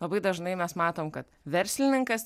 labai dažnai mes matom kad verslininkas